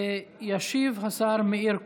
ישיב השר מאיר כהן,